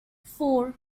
four